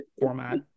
format